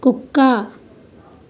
కుక్క